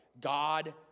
God